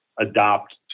adopt